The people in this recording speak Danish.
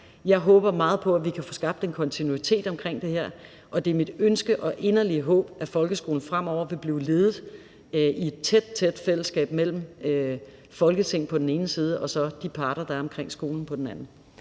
Jeg håber meget på, at vi kan få skabt en kontinuitet omkring det her, og det er mit ønske og inderlige håb, at folkeskolen fremover vil blive ledet i et tæt, tæt fællesskab mellem Folketinget på den ene side og de parter, der er omkring skolen, på den anden.